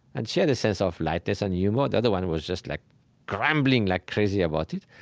and she had a sense of lightness and humor. the other one was just like grumbling like crazy about it.